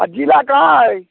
आ जिला कहाँ अइ